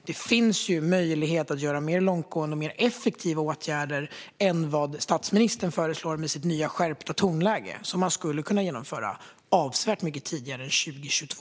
Det finns ju möjlighet att vidta mer långtgående och mer effektiva åtgärder än vad statsministern föreslår med sitt nya, skärpta tonläge, som man skulle kunna vidta avsevärt mycket tidigare än 2022.